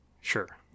Sure